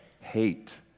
hate